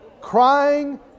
Crying